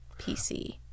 PC